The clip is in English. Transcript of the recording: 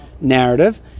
narrative